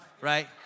right